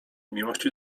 miłości